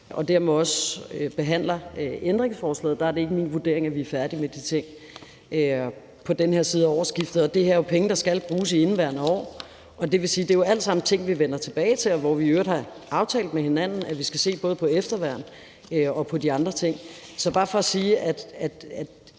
og dermed også behandler ændringsforslaget, er det ikke min vurdering, at vi er færdige med de ting på den her side af årsskiftet. Og det her er jo penge, der skal bruges i indeværende år. Det vil sige, at det jo alt sammen er ting, vi vender tilbage til, og hvor vi i øvrigt har aftalt med hinanden, at vi skal se både på efterværn og på de andre ting. Så det er bare for at sige, at